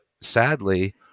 sadly